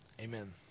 Amen